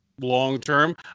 long-term